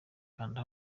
kanda